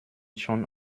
schon